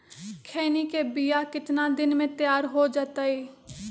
खैनी के बिया कितना दिन मे तैयार हो जताइए?